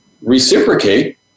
reciprocate